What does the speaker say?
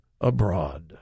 abroad